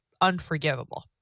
unforgivable